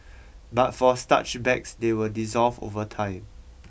but for starch bags they will dissolve over time